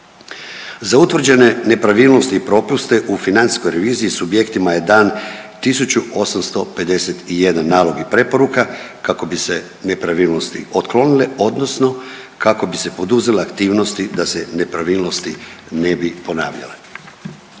Za utvrđene nepravilnosti i propuste u financijskoj reviziji subjektima je dan 1851 nalog i preporuka kako bi se nepravilnosti otklonile odnosno kako bi se poduzele aktivnosti da se nepravilnosti ne bi ponavljale.